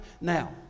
now